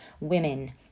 women